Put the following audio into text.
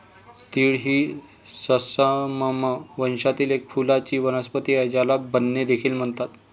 तीळ ही सेसमम वंशातील एक फुलांची वनस्पती आहे, ज्याला बेन्ने देखील म्हणतात